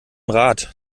rad